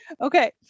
okay